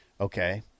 Okay